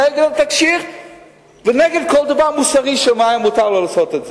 נגד התקשי"ר ונגד כל דבר מוסרי של מה שהיה מותר לו לעשות.